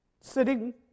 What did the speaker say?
sitting